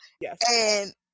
yes